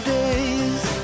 days